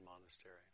Monastery